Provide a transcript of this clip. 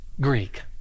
Greek